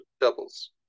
doubles